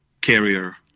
carrier